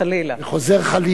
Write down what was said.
וחוזר חלילה.